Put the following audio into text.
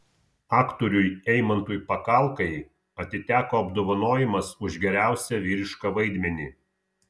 aktoriui eimantui pakalkai atiteko apdovanojimas už geriausią vyrišką vaidmenį